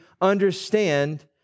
understand